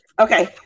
Okay